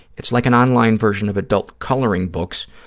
it's like an online version of adult coloring books,